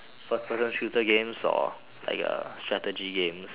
first person shooter games or like a strategy games